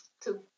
Two